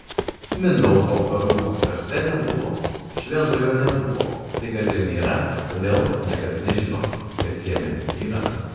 mindaugo karūnos karste nebuvo šventojo nebuvo tai kas jame yra kodėl niekas nežino kas jame yra